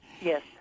Yes